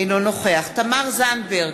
אינו נוכח תמר זנדברג,